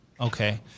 Okay